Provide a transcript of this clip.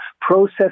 process